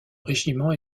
régiment